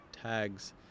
tags